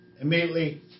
Immediately